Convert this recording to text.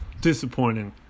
disappointing